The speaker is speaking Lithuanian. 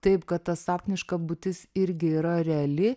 taip kad ta sapniška būtis irgi yra reali